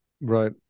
Right